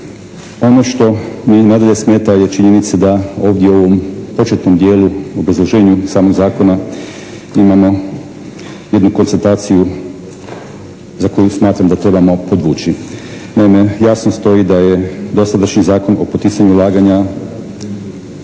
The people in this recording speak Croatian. Ono što mi nadalje smeta je činjenica da ovdje u ovom početnom dijelu, obrazloženju samog zakona imamo jednu konstataciju za koju smatram da trebamo podvući. Naime, jasno stoji da je dosadašnji Zakon o poticanju ulaganja,